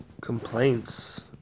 complaints